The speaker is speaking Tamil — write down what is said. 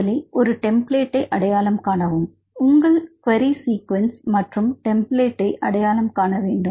முதலில் ஒரு டெம்ப்ளேட்டை அடையாளம் காணவும் உங்கள் க்வெரி சீக்குவன்ஸ் மற்றும் ஒரு டெம்ப்ளேட்டை அடையாளம் காண வேண்டும்